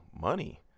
money